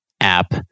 app